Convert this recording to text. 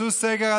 בבקשה,